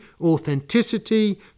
authenticity